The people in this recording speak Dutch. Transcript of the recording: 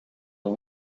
een